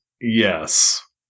Yes